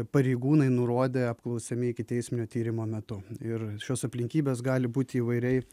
pareigūnai nurodė apklausiami ikiteisminio tyrimo metu ir šios aplinkybės gali būti įvairiai